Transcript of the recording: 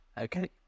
Okay